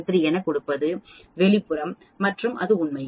3173 எனக் கொடுப்பது வெளிப்புறம் மற்றும் உண்மையில்